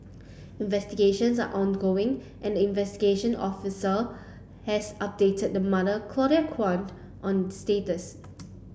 investigations are ongoing and investigation officer has updated the mother Claudia Kwan on status